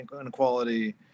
inequality